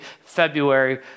February